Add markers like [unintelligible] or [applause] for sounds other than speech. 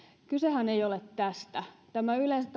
kysehän ei ole tästä tämä prosessi yleensä [unintelligible]